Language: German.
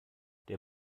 der